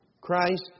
Christ